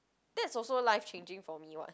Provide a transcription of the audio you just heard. that's also life changing for me [what]